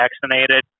vaccinated